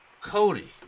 Cody